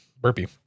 burpee